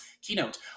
keynote